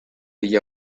degli